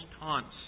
taunts